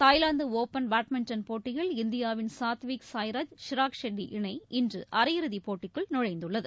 Thailand open badminton போட்டியில் இந்தியாவின் சாத்விக் சாய்ராஜ் சிராக்ஷெட்டி இணை இன்று அரையிறுதி போட்டிக்குள் நுழைந்துள்ளது